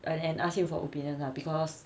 and ask him for opinion lah because